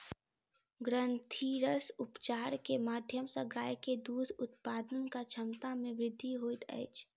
ग्रंथिरस उपचार के माध्यम सॅ गाय के दूध उत्पादनक क्षमता में वृद्धि होइत अछि